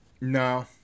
No